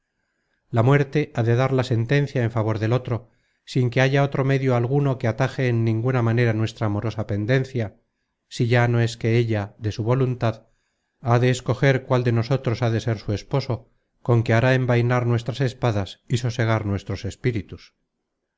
la muerte ha de dar la sentencia en favor del otro sin que haya otro medio alguno que ataje en ninguna manera nuestra amorosa pendencia si ya no es que ella de su voluntad ha de escoger cuál de nosotros ha de ser su esposo con que hará envainar nuestras espadas y sosegar nuestros espíritus